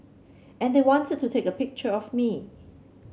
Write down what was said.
and they wanted to take a picture of me